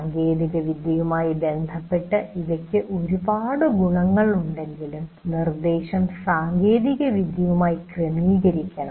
സാങ്കേതികവിദ്യയുമായി ബന്ധപ്പെട്ട ഇവയ്ക്ക് ഒരുപാട് ഗുണങ്ങൾ ഉണ്ടെങ്കിലും നിർദ്ദേശം സാങ്കേതികവിദ്യയുമായി ക്രമീകരിക്കണം